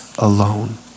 alone